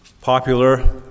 popular